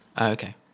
okay